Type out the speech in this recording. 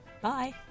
Bye